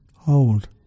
Hold